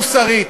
מוסרית,